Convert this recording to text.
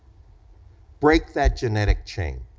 break that genetic chain.